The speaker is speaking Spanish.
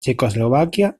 checoslovaquia